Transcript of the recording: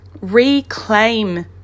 Reclaim